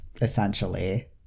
essentially